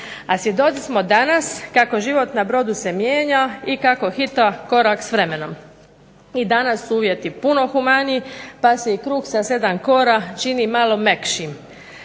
A svjedoci smo danas kako život na brodu se mijenja i kako hita korak s vremenom. I danas su uvjeti puno humaniji, pa se i kruh sa 7 kora čini malo mekšim.